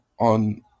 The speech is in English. on